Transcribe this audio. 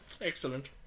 excellent